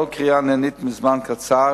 כל קריאה נענית בזמן קצר,